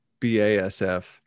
BASF